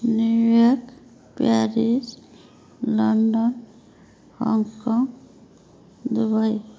New York Paris London Hong Kong Dubai